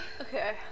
Okay